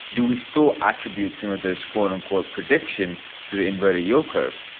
do we still attribute some of this, quote, unquote, prediction to the inverted yield curve?